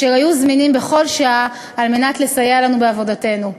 אשר היו זמינים בכל שעה כדי לסייע לנו בעבודתנו.